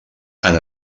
han